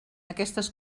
aquestes